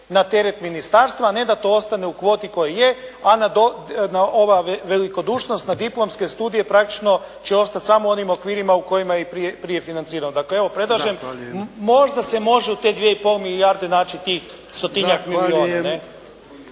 na teret ministarstva, a ne da to ostane u kvoti kojoj je, a ova velikodušnost na diplomske studije praktično će ostati samo u onim okvirima u kojima je i prije financirano. **Jarnjak, Ivan (HDZ)** Zahvaljujem. **Mršić, Zvonimir